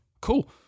Cool